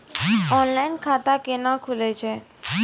Online खाता केना खुलै छै?